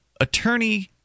attorney